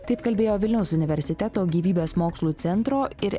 taip kalbėjo vilniaus universiteto gyvybės mokslų centro ir